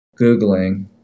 googling